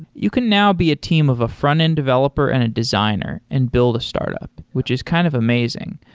you can now be a team of a frontend developer and a designer and build a startup, which is kind of amazing.